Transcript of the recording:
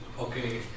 Okay